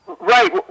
Right